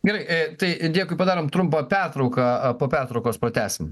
gerai tai dėkui padarom trumpą pertrauką po pertraukos pratęsim